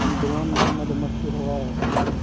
drone नर मधुमक्खी होवअ हई